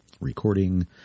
recording